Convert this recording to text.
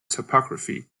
topography